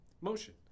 motion